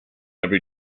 every